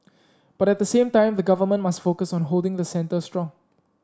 but at the same time the Government must focus on holding the centre strong